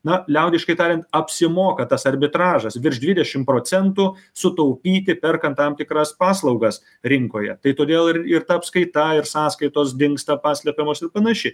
na liaudiškai tariant apsimoka tas arbitražas virš dvidešim procentų sutaupyti perkant tam tikras paslaugas rinkoje tai todėl ir ir ta apskaita ir sąskaitos dingsta paslepiamos ir panašiai